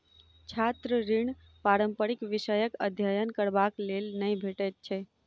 छात्र ऋण पारंपरिक विषयक अध्ययन करबाक लेल नै भेटैत छै